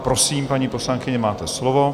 Prosím, paní poslankyně, máte slovo.